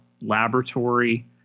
laboratory